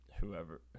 whoever